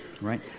right